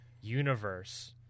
universe